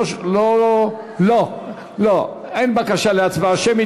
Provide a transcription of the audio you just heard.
לא, לא, אין בקשה להצבעה שמית.